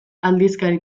aldizkari